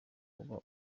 uba